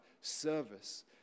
service